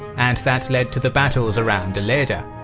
and that led to the battles around ilerda.